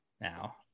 Now